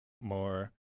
more